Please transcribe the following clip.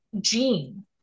gene